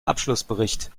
abschlussbericht